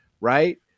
Right